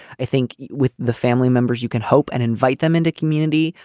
i think with the family members you can hope and invite them into community,